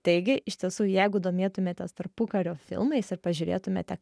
taigi iš tiesų jeigu domėtumėtės tarpukario filmais ir pažiūrėtumėte